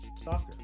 soccer